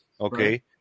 Okay